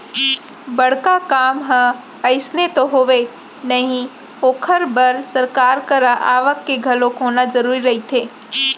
बड़का काम ह अइसने तो होवय नही ओखर बर सरकार करा आवक के घलोक होना जरुरी रहिथे